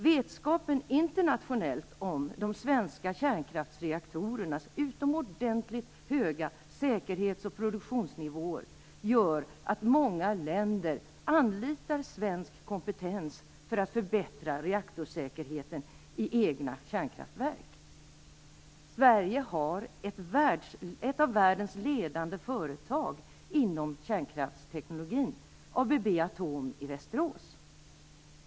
Vetskapen internationellt om de svenska kärnkraftreaktorernas utomordentligt höga säkerhets och produktionsnivåer gör att många länder anlitar svensk kompetens för att förbättra reaktorsäkerheten i egna kärnkraftverk. Sverige har ett av världens ledande företag inom kärnkraftsteknologin, ABB Atom i Västerås.